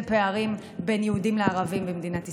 פערים בין יהודים לערבים במדינת ישראל.